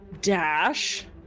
dash